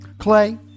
Clay